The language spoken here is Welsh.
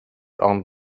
ond